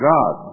God